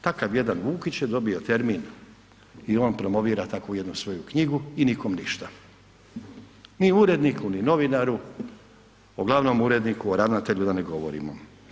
Takav jedan Vukić je dobio termin i on promovira takvu jednu svoju knjigu i nikom ništa, ni uredniku, ni novinaru, o glavnom uredniku, o ravnatelju da ne govorimo.